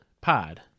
pod